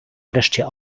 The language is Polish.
wreszcie